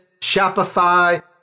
Shopify